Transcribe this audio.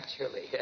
naturally